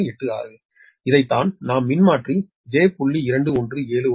3486 இதைத்தான் நாம் மின்மாற்றி j0